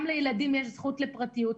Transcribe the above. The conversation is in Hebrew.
גם לילדים יש זכות לפרטיות.